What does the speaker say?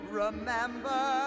remember